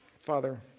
Father